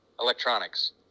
electronics